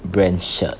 brand shirt